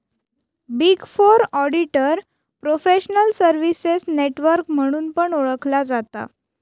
big four auditor professional services network म्हणून पण ओळखला जाता